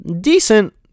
decent